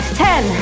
ten